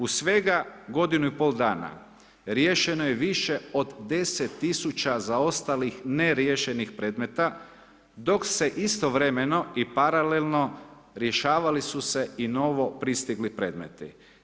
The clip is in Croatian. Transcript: U svega godinu i pol dana riješeno je više od 10 000 zaostalih neriješenih predmeta dok se istovremeno i paralelno rješavali su se i novopristigli predmeti.